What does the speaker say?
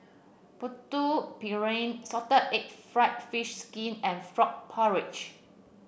Putu Piring Salted Egg fried fish skin and Frog Porridge